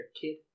kid